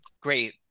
Great